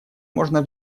можно